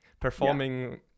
performing